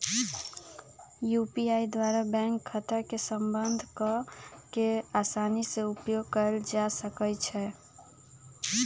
UPI द्वारा bank खता के संबद्ध कऽ के असानी से उपयोग कयल जा सकइ छै